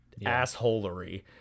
assholery